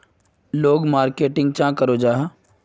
लोग मार्केटिंग चाँ करो जाहा?